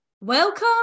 Welcome